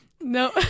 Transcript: No